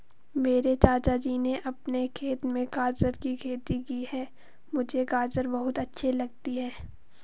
मेरे चाचा जी ने अपने खेत में गाजर की खेती की है मुझे गाजर बहुत अच्छी लगती है